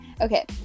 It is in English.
Okay